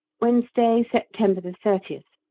wednesday, september thirtieth.